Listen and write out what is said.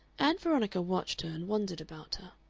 ann veronica watched her and wondered about her.